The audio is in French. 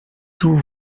tout